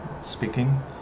speaking